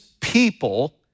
people